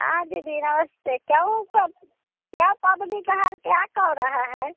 हँ दीदी नमस्ते केओके इएह पबनी का हाल क्या कह रहा है